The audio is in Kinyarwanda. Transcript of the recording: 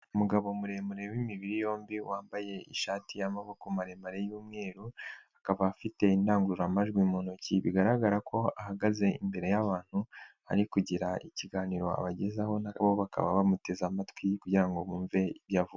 Umugabo muremure w'imibiri yombi wambaye ishati y'amaboko maremare y'umweru, akaba afite indangururamajwi mu ntoki bigaragara ko ahagaze imbere y'abantu ari kugira ikiganiro abagezaho, na bo bakaba bamuteze amatwi kugira ngo bumve ibyo avuga.